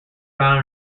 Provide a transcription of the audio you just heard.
found